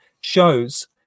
shows